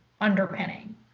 underpinning